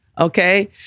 Okay